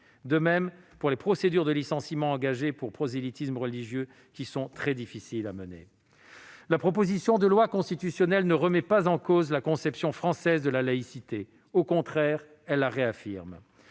de même pour les procédures de licenciement engagées pour prosélytisme religieux, qui sont très difficiles à mener. La présente proposition de loi constitutionnelle ne remet pas en cause la conception française de la laïcité. Au contraire, elle la réaffirme.